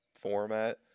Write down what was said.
format